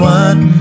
one